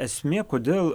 esmė kodėl